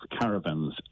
caravans